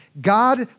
God